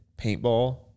paintball